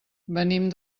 venim